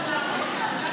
שהרבנים הראשיים,